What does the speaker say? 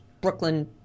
Brooklyn